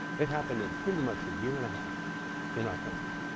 it happened in pretty much a year and a half in our country.